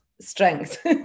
strength